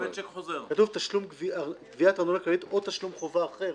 כתוב תשלום גביית ארנונה כללית או תשלום חובה אחר